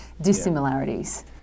dissimilarities